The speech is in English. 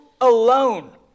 alone